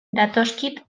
datozkit